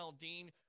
Dean